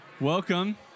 Welcome